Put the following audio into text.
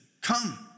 come